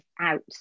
out